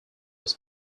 was